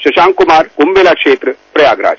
शंशाक कुमार कुंभ मेला क्षेत्र प्रयागराज